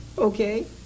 Okay